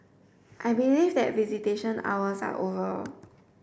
I believe that visitation hours are over